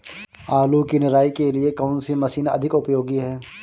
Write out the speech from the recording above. आलू की निराई के लिए कौन सी मशीन अधिक उपयोगी है?